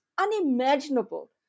unimaginable